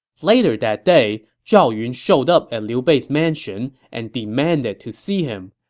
later that day, zhao yun showed up at liu bei's mansion and demanded to see him.